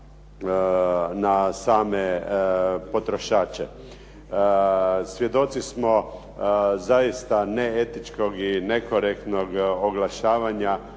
na same potrošače. Svjedoci smo zaista neetičkog i nekorektnog oglašavanja